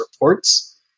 reports